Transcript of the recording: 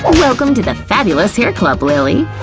ah welcome to the fabulous hair club, lilly.